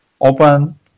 open